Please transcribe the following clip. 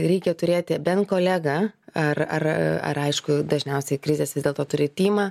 reikia turėti bent kolegą ar ar ar aišku dažniausiai krizės vis dėlto turi tymą